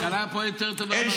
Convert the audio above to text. הכלכלה פה יותר טובה מבארצות הברית.